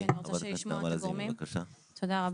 בצפון יש עכשיו שלושה חדרים אקוטיים בחיפה,